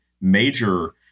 major